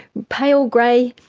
pale grey.